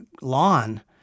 lawn